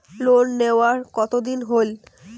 Loan নেওয়ার কতদিন হইল?